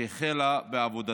שהחלה בעבודתה.